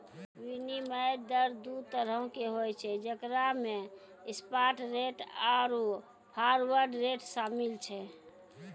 विनिमय दर दु तरहो के होय छै जेकरा मे स्पाट रेट आरु फारवर्ड रेट शामिल छै